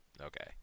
Okay